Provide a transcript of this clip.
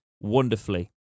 wonderfully